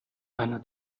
einer